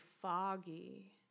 foggy